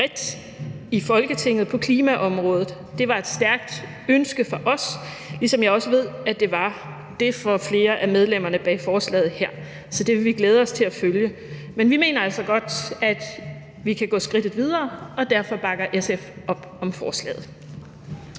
bredt i Folketinget på klimaområdet. Det var et stærkt ønske for os, ligesom jeg også ved det var for flere af medlemmerne bag forslaget her, så det vil vi glæde os til at følge. Men vi mener altså godt, at vi kan gå skridtet videre, og derfor bakker SF op om forslaget.